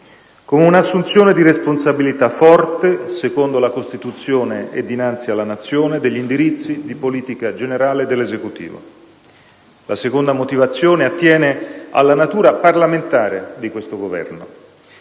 come un'assunzione di responsabilità forte, secondo la Costituzione e dinanzi alla Nazione, degli indirizzi di politica generale dell'Esecutivo. La seconda motivazione attiene alla natura parlamentare di questo Governo.